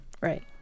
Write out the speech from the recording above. Right